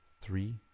three